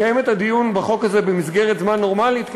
לקיים את הדיון בחוק הזה במסגרת זמן נורמלית,